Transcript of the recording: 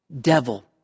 devil